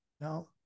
now